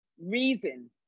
reason